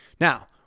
now